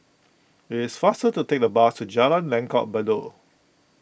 it is faster to take the bus to Jalan Langgar Bedok